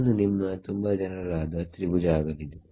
ಇದೊಂದು ನಿಮ್ಮ ತುಂಬಾ ಜನರಲ್ ಆದ ತ್ರಿಭುಜ ಆಗಲಿದೆ